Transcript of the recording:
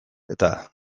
eta